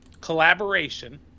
collaboration